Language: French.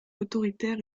autoritaire